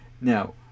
Now